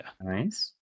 Nice